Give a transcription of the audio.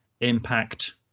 impact